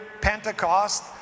Pentecost